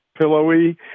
pillowy